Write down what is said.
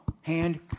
hand